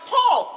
Paul